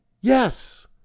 yes